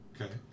Okay